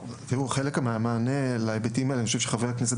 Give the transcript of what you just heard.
חלק מהמענה העל ההיבטים האלה אני חושב שחבר הכנסת